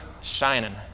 shining